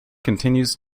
continues